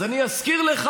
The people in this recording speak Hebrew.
אז אני אזכיר לך: